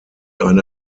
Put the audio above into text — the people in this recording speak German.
eine